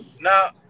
Now